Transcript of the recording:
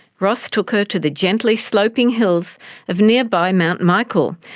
ross took her to the gently sloping hills of nearby mt michael,